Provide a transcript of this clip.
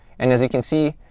and as you can see,